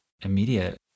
immediate